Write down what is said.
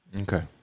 Okay